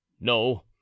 no